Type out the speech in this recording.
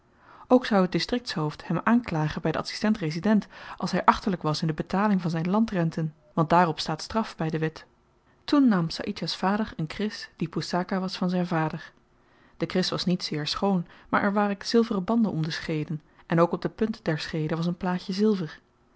ook zou het distriktshoofd hem aanklagen by den adsistent resident als hy achterlyk was in de betaling van zyn landrenten want daarop staat straf by de wet toen nam saïdjah's vader een kris die poesaka was van zyn vader de kris was niet zeer schoon maar er waren zilveren banden om de scheede en ook op de punt der scheede was een plaatje zilver